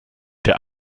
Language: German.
der